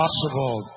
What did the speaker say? possible